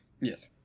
Yes